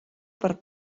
per